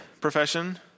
profession